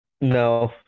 No